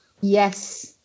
yes